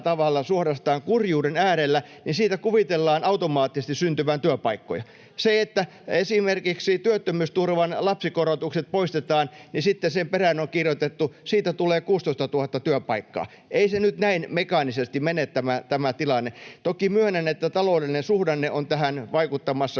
tavalla suorastaan kurjuuden äärelle, niin siitä kuvitellaan automaattisesti syntyvän työpaikkoja. Esimerkiksi työttömyysturvan lapsikorotukset poistetaan, ja sitten sen perään on kirjoitettu, että siitä tulee 16 000 työpaikkaa. Ei tämä tilanne nyt näin mekaanisesti mene. Toki myönnän, että myös taloudellinen suhdanne on vaikuttamassa